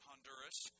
Honduras